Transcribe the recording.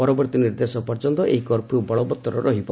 ପରବର୍ତ୍ତୀ ନିର୍ଦ୍ଦେଶ ପର୍ଯ୍ୟନ୍ତ ଏହି କର୍ପୁ୍ୟ ବଳବଉର ରହିବ